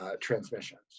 transmissions